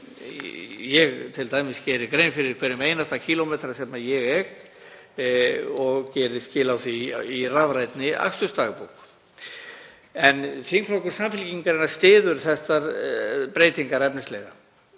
og ég geri t.d. grein fyrir hverjum einasta kílómetra sem ég ek og geri skil á því í rafrænni akstursdagbók. Þingflokkur Samfylkingarinnar styður þessar breytingar efnislega